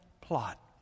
plot